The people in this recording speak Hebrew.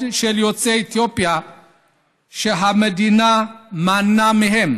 של יוצאי אתיופיה היא שהמדינה מנעה מהם